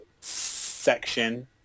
section